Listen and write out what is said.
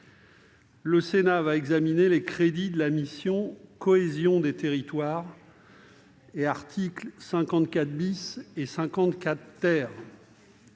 Le Sénat va examiner les crédits de la mission « Cohésion des territoires » (et articles 54 et 54 ).